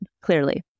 clearly